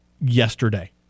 yesterday